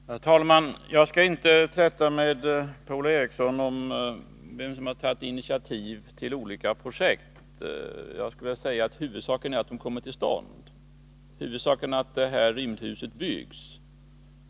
Herr talman! Jag skall inte träta med Per-Ola Eriksson om vem som har tagit initiativ till olika projekt. Huvudsaken är att de kommer till stånd. Huvudsaken är att rymdhuset byggs.